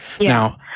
Now